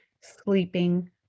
sleeping